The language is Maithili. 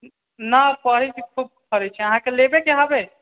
ना कहै छी खूब फड़ै छै अहाँकेॅं लेबै के हबे